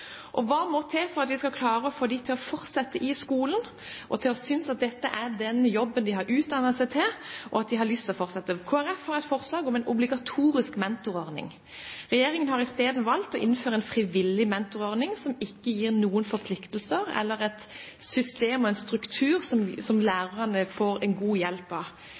til å ha lyst til å fortsette i den jobben de har utdannet seg til? Kristelig Folkeparti har et forslag om en obligatorisk mentorordning. Regjeringen har isteden valgt å innføre en frivillig mentorordning, som ikke gir noen forpliktelser eller et system og en struktur som lærerne får god hjelp av.